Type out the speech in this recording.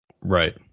Right